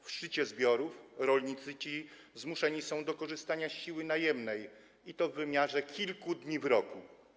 W szczycie zbiorów rolnicy ci zmuszeni są do korzystania z siły najemnej, i to w wymiarze kilku dni w roku.